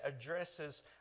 addresses